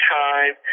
time